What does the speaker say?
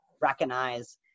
recognize